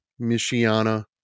Michiana